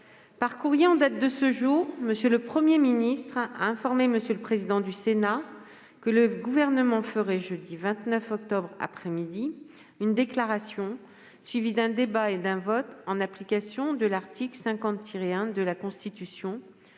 par courrier en date de ce jour, M. le Premier ministre a informé M. le président du Sénat que le Gouvernement ferait, jeudi 29 octobre 2020 après-midi, une déclaration suivie d'un débat et d'un vote, en application de l'article 50-1 de la Constitution,